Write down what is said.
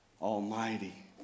Almighty